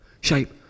shape